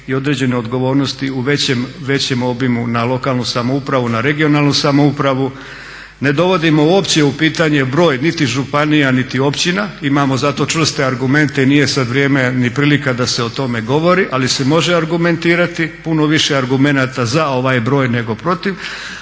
i određene odgovornosti u većem obimu na lokalnu samoupravu, na regionalnu samoupravu. Ne dovodimo uopće u pitanje broj niti županija, niti općina. Imamo za to čvrste argumente i nije sad vrijeme ni prilika da se o tome govori, ali se može argumentirati. Puno je više argumenata za ovaj broj, nego protiv.